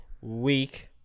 week